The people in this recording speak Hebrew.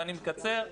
ואני מקצר,